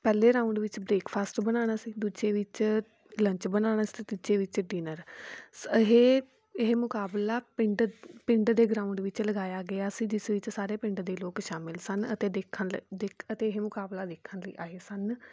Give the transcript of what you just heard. ਪਹਿਲੇ ਰਾਊਂਡ ਵਿੱਚ ਬਰੇਕਫਾਸਟ ਬਣਾਉਣਾ ਸੀ ਦੂਜੇ ਵਿੱਚ ਲੰਚ ਬਣਾਉਣਾ ਸੀ ਅਤੇ ਤੀਜੇ ਵਿੱਚ ਡਿਨਰ ਸ ਇਹ ਇਹ ਮੁਕਾਬਲਾ ਪਿੰਡ ਪਿੰਡ ਦੇ ਗਰਾਊਂਡ ਵਿੱਚ ਲਗਾਇਆ ਗਿਆ ਸੀ ਜਿਸ ਵਿੱਚ ਸਾਰੇ ਪਿੰਡ ਦੇ ਲੋਕ ਸ਼ਾਮਿਲ ਸਨ ਅਤੇ ਦੇਖਣ ਲ ਦੇਖ ਅਤੇ ਇਹ ਮੁਕਾਬਲਾ ਦੇਖਣ ਲਈ ਆਏ ਸਨ